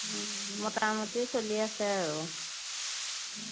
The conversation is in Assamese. মোটামুটি চলি আছে আৰু